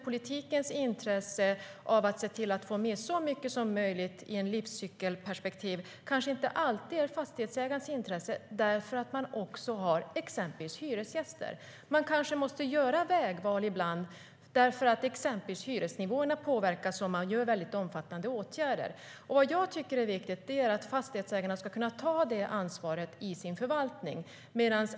Politikens intresse av att se till att få med så mycket som möjligt ur ett livscykelperspektiv är kanske inte alltid fastighetsägarnas intresse eftersom de också har exempelvis hyresgäster. Man kanske måste göra vägval ibland eftersom hyresnivåerna, till exempel, påverkas om man vidtar omfattande åtgärder. Jag tycker att det är viktigt att fastighetsägarna ska kunna ta det ansvaret i sin förvaltning.